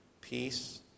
peace